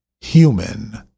human